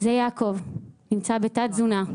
זה יעקב, נמצא בתת תזונה.